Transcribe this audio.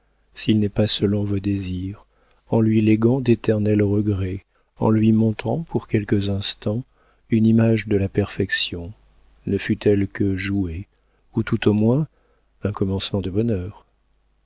s'il n'est pas selon vos désirs en lui léguant d'éternels regrets en lui montrant pour quelques instants une image de la perfection ne fût-elle que jouée ou tout au moins un commencement de bonheur